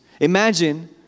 Imagine